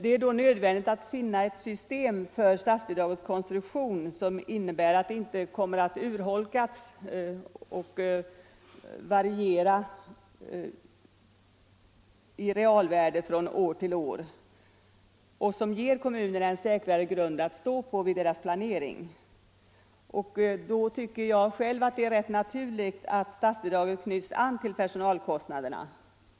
Det är också nödvändigt att finna ett system för statsbidragets konstruktion som innebär att det inte kommer att urholkas och variera i realvärde från år till år och som ger kommunerna en säkrare grund att stå på vid deras planering. Då tycker jag själv det är rätt naturligt att statsbidraget anknyts till personalkostnaderna.